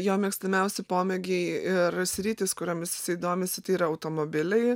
jo mėgstamiausi pomėgiai ir sritys kuriomis jisai domisi tai yra automobiliai